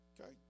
Okay